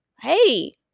Hey